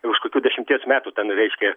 ir už kokių dešimties metų ten reiškia